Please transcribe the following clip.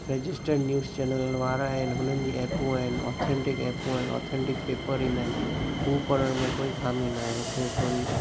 registered news channel वारा आइन हुनन जी एपूं आहिनि ऑथेंटिक एपूं आहिनि ऑथेंटिक पेपर ईंदा आहिनि उहे पढ़ण में कोई खामी न आहे हुते थोरी